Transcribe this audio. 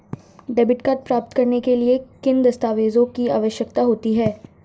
Debit card प्राप्त करने के लिए किन दस्तावेज़ों की आवश्यकता होती है?